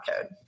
code